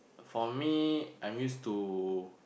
for me I'm used to